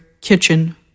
Kitchen